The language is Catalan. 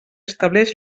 estableix